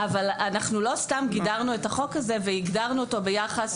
אבל לא סתם גידרנו את החוק הזה והגדרנו אותו ביחס